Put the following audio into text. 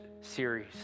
series